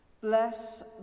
Bless